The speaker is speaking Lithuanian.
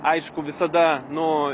aišku visada nu